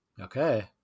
Okay